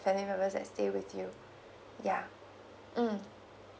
family members that stay with you yeah mm